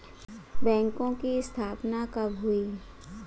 बैंकों की स्थापना कब हुई?